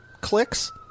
clicks